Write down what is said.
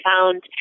found